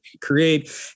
create